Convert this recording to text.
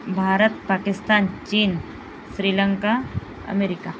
भारत पाकिस्तान चीन स्रीलंका अमेरिका